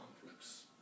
conflicts